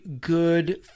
good